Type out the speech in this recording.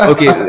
Okay